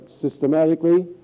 systematically